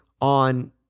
on